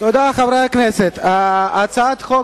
את הצעת חוק